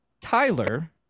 tyler